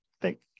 thank